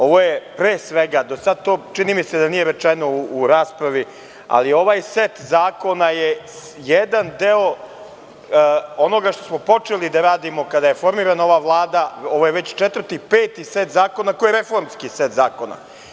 Ovo je pre svega, čini mi se da to nije rečeno do sada u raspravi, ali ovaj set zakona je jedan deo onoga što smo počeli da radimo kada je formirana ova vlada, ovo je već četvrti ili peti set zakona koji je reformski set zakona.